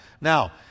Now